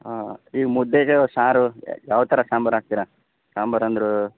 ಹಾಂ ಈ ಮುದ್ದೆಗೆ ಸಾರು ಯಾವ ಥರ ಸಾಂಬಾರು ಹಾಕ್ತೀರ ಸಾಂಬಾರು ಅಂದರು